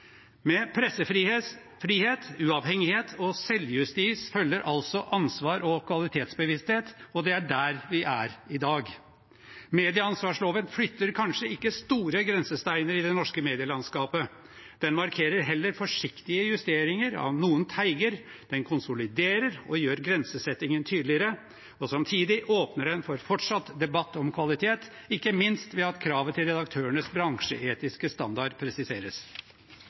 Med pressefrihet, uavhengighet og selvjustis følger altså ansvar og kvalitetsbevissthet, og det er der vi er i dag. Medieansvarsloven flytter kanskje ikke store grensesteiner i det norske medielandskapet. Den markerer heller forsiktige justeringer av noen teiger. Den konsoliderer og gjør grensesettingen tydeligere, og samtidig åpner den for fortsatt debatt om kvalitet, ikke minst ved at kravet til redaktørenes bransjeetiske standard presiseres.